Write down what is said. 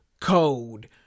code